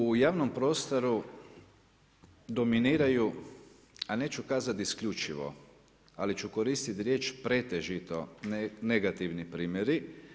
Naime, u javnom prostoru dominiraju, a neću kazati isključivo ali ću koristiti riječ pretežito negativni primjeri.